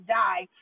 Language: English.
die